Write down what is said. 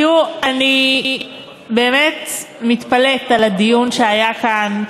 תראו, אני באמת מתפלאת על הדיון שהיה כאן.